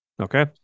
Okay